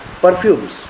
perfumes